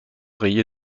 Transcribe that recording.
rayé